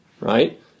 Right